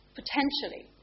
potentially